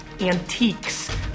Antiques